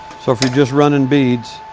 so if you're just running beads,